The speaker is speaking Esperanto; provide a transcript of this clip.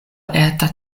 eta